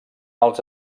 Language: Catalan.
els